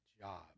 job